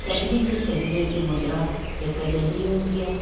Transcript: सभिनी जे शरीर जी मुद्रा हिकु जहिड़ी हूंदी आहे